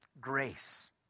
Grace